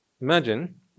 Imagine